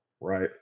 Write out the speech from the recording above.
right